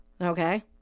okay